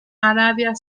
arabia